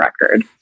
record